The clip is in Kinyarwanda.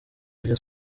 buryo